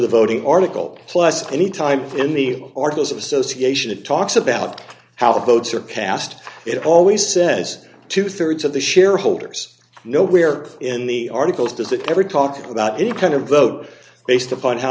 the voting article plus any time in the articles of association it talks about how votes are passed it always says two thirds of the shareholders know where in the articles does it ever talk about any kind of vote based upon how